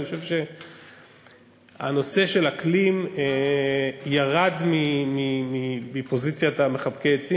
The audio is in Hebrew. אני חושב שהנושא של האקלים ירד מפוזיציית מחבקי העצים